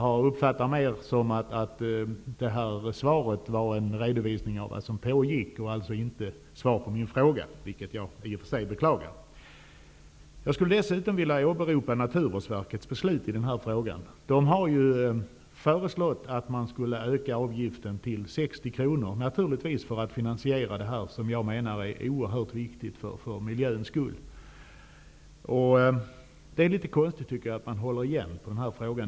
Jag uppfattar detta svar mer som en redovisning av vad som pågick än som ett svar på min fråga, vilket jag beklagar. Jag skulle dessutom vilja åberopa Naturvårdsverkets beslut i denna fråga. Naturvårsverket har föreslagit att man skall öka avgiften till 60 kr, naturligtvis för att finansiera det som jag menar är oerhört viktigt för miljöns skull. Jag tycker att det är litet konstigt att man håller igen i fråga om detta.